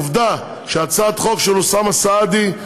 עובדה שהצעת חוק של אוסאמה סעדי,